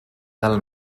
del